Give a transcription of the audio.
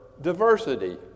diversity